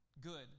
good